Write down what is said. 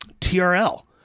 TRL